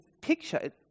picture